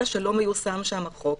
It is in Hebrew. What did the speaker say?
אלא שלא מיושם שם החוק.